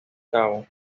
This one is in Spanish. cabo